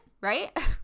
right